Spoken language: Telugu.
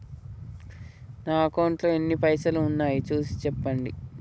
నా అకౌంట్లో ఎన్ని పైసలు ఉన్నాయి చూసి చెప్పండి?